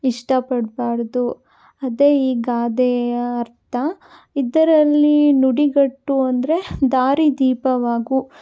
ಇಷ್ಟ ಪಡಬಾರ್ದು ಅದೇ ಈ ಗಾದೆಯ ಅರ್ಥ ಇದರಲ್ಲಿ ನುಡಿಗಟ್ಟು ಅಂದರೆ ದಾರಿದೀಪವಾಗು